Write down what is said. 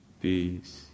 peace